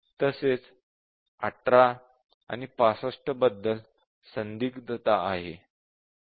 तसेच 18 65 बद्दल संदिग्धता आहे